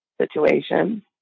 situation